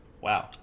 Wow